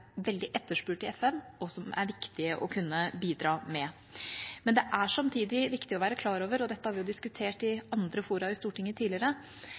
veldig etterspurt i FN, og som det er viktig å kunne bidra med. Men det er samtidig viktig å være klar over – og dette har vi jo diskutert i andre fora i Stortinget tidligere